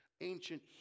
ancient